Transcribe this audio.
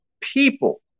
people